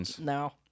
No